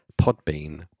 Podbean